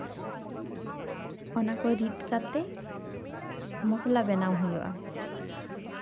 ᱚᱱᱟ ᱠᱚ ᱨᱤᱫ ᱠᱟᱛᱮ ᱢᱚᱥᱞᱟ ᱵᱮᱱᱟᱣ ᱦᱩᱭᱩᱜᱼᱟ